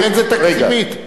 אין יותר תקציבית.